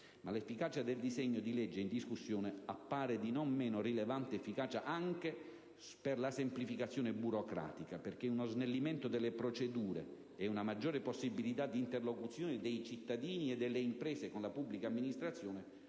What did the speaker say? Ma l'efficacia del disegno di legge in discussione appare di non meno rilevante efficacia anche per la semplificazione burocratica, perché uno snellimento delle procedure e una maggiore possibilità di interlocuzione dei cittadini e delle imprese con la pubblica amministrazione